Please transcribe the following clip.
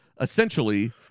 essentially